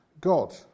God